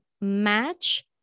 match